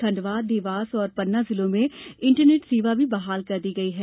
खंडवा देवास और पन्ना जिलों में इंटरनेट सेवा भी बहाल कर दी गई है